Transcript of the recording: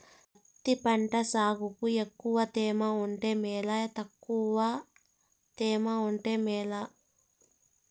పత్తి పంట సాగుకు ఎక్కువగా తేమ ఉంటే మేలా తక్కువ తేమ ఉంటే మేలా?